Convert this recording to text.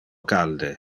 calde